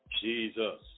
Jesus